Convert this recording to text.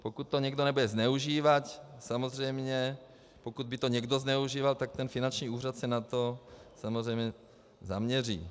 Pokud to někdo nebude zneužívat, samozřejmě, pokud by to někdo zneužíval, tak ten finanční úřad se na to samozřejmě zaměří.